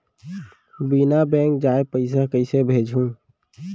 बिना बैंक जाये पइसा कइसे भेजहूँ?